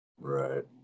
Right